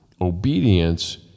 Obedience